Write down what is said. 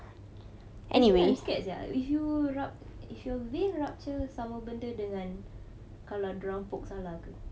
I feel I am scared sia if you rup~ if you vein rupture sama benda dengan dia orang poke salah ke